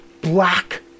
black